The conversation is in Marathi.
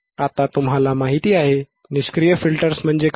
आता तुम्हाला माहिती आहे निष्क्रिय फिल्टर्स म्हणजे काय